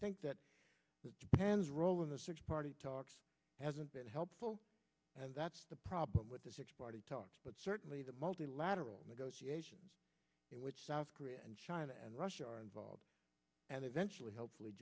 think that japan's role in the search party talks hasn't been helpful and that's the problem with the six party talks but certainly the multilateral negotiations in which south korea and china and russia are involved and eventually hopefully